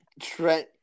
Trent